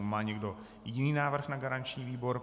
Má někdo jiný návrh na garanční výbor?